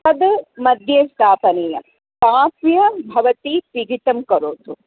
तन्मध्ये स्थापनीयं संस्थाप्य भवती पिहितं करोतु